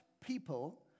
people